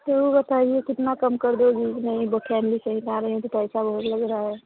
तो बताइए कितना कम कर दोगी नहीं वह फैमली सहित आ रहे हैं तो पैसा बहुत लग रहा है